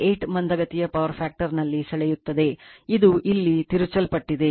8 ಮಂದಗತಿಯ power factor ನಲ್ಲಿ ಸೆಳೆಯುತ್ತದೆ ಇಲ್ಲಿ ಇದು ತಿರುಚಲ್ಪಟ್ಟಿದೆ